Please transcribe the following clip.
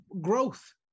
growth